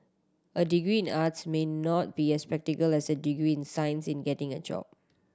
a degree in arts may not be as practical as a degree in science in getting a job